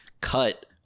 cut